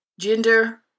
Gender